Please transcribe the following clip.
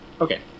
Okay